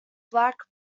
black